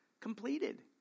completed